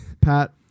pat